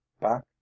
back